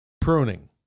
pruning